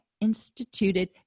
instituted